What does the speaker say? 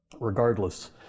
regardless